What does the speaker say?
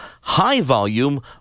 high-volume